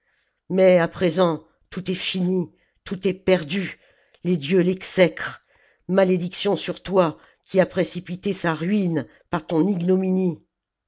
mais à présent tout est fini tout est perdu les dieux l'exècrent malédiction sur toi qui as précipité sa ruine par ton ignominie